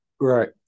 Right